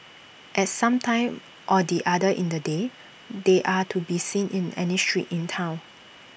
at some time or the other in the day they are to be seen in any street in Town